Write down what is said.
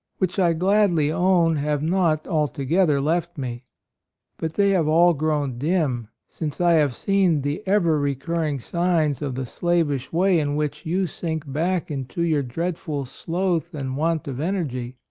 which i gladly own have not altogether left me but they have all grown dim since i have seen the ever recurring signs of the slavish way in which you sink back into your dreadful sloth and want of energy.